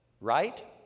Right